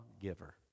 giver